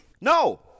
No